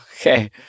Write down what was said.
Okay